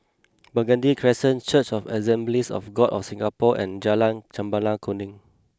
Burgundy Crescent Church of Assemblies of God of Singapore and Jalan Chempaka Kuning